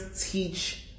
teach